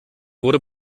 wurde